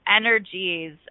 energies